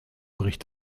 bricht